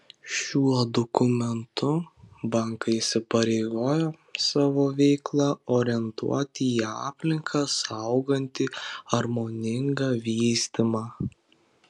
šiuo dokumentu bankai įsipareigojo savo veiklą orientuoti į aplinką saugantį harmoningą vystymą